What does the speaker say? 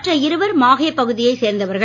மற்ற இருவர் மாஹே பகுதியைச் சேர்ந்தவர்கள்